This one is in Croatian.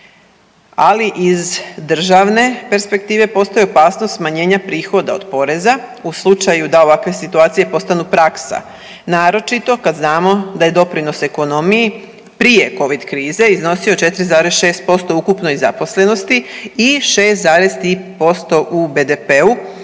ali iz državne perspektive postoji opasnost smanjenja prihoda od poreza u slučaju da ovakve situacije postanu praksa naročito kada znamo da je doprinos ekonomiji prije Covid krize iznosio 4,6% ukupno i zaposlenosti i 6,3% u BDP-u